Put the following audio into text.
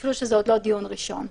אפילו שזה עוד לא דיון ראשון.